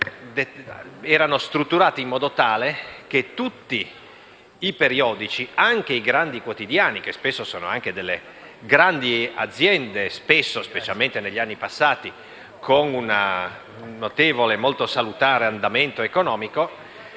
stati strutturati in modo tale che tutti i periodici (compresi i grandi quotidiani, che spesso sono delle grandi aziende e, specialmente negli anni passati, con un notevole e molto salutare andamento economico)